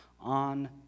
on